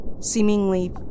seemingly